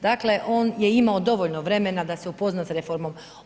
Dakle on je imao dovoljno vremena da se upozna s reformom.